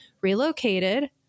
relocated